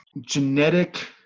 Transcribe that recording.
genetic